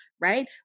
right